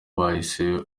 bahise